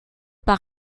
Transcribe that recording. par